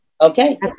Okay